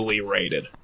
rated